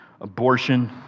Abortion